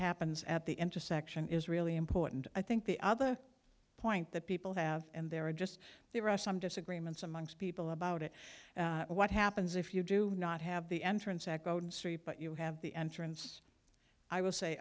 happens at the intersection is really important i think the other point that people have and there are just there are some disagreements amongst people about it but what happens if you do not have the entrance echoed street but you have the entrance i will say